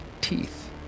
teeth